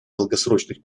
долгосрочных